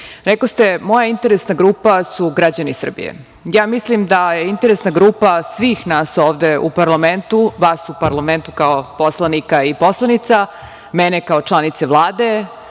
rekoste – moja interesna grupa su građani Srbije. Mislim da je interesna grupa svih nas ovde u Parlamentu, vas u Parlamentu kao poslanika i poslanica, mene kao članice Vlade,